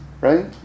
right